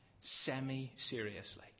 semi-seriously